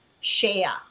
share